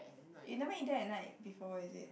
you never eaten at night before is it